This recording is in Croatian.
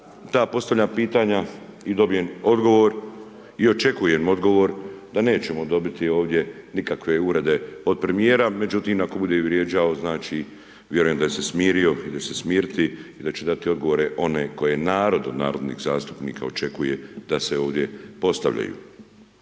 da postavljam pitanja i dobijem odgovor, i očekujem odgovor da nećemo dobiti ovdje nikakve uvrede od premijera, međutim ako bude i vrijeđao znači vjerujem da je se smirio da će se smiriti i da će dati odgovore one koje narod od narodnih zastupnika očekuje da se ovdje postavljaju.